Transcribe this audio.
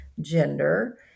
gender